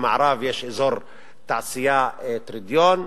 ממערב ישנו אזור התעשייה תרדיון,